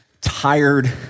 tired